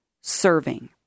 serving